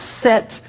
set